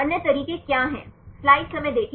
अन्य तरीके क्या हैं